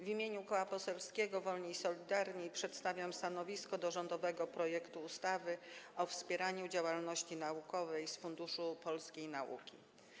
W imieniu Koła Poselskiego Wolni i Solidarni przedstawiam stanowisko wobec rządowego projektu ustawy o wspieraniu działalności naukowej z Funduszu Polskiej Nauki.